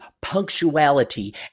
punctuality